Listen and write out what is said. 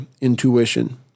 intuition